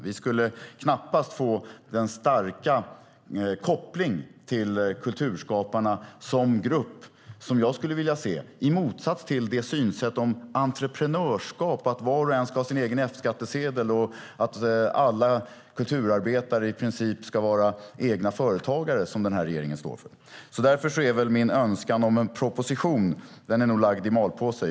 Vi skulle knappast få den starka koppling till kulturskaparna som grupp som jag skulle vilja se i motsats till det synsätt om entreprenörskap - att var och en ska ha sin egen F-skattsedel och att alla kulturarbetare i princip ska vara egna företagare - som denna regering står för. Därför är nog min önskan om en proposition lagd i malpåse.